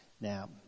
Now